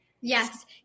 Yes